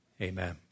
Amen